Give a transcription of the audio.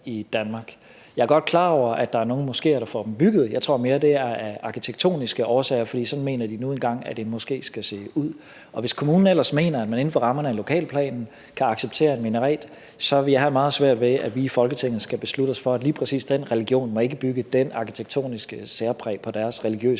Jeg er godt klar over, at der er nogle moskeer, der får dem bygget. Jeg tror mere, det er af arkitektoniske årsager, for sådan mener de nu engang at en moské skal se ud. Hvis kommunen ellers mener, at man inden for rammerne af lokalplanen kan acceptere en minaret, vil jeg have meget svært ved, at vi i Folketinget skal beslutte os for, at lige præcis den religion ikke må bygge det arkitektoniske særpræg på sine religiøse bygninger.